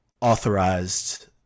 authorized